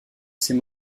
ces